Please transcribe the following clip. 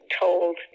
told